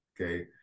okay